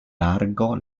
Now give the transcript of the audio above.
largo